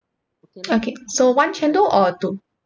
okay so one chendol or two